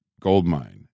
goldmine